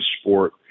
sport